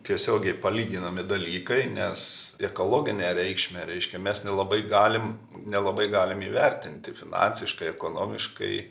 tiesiogiai palyginami dalykai nes ekologinę reikšmę reiškia mes nelabai galim nelabai galim įvertinti finansiškai ekonomiškai